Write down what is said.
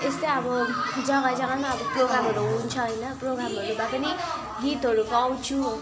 यस्तै अब जग्गा जग्गामा अब प्रोग्रामहरू हुन्छ होइन प्रोग्रामहरूमा पनि गीतहरू गाउँछु